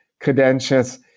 credentials